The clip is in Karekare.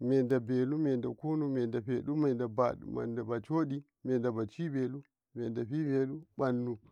mide-balu mide kunu mide fidu mide-fedu midebacudi mide-baciyelu mide-fifada mide-umbad.